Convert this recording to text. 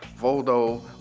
Voldo